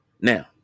Now